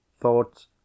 Thoughts